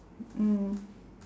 mm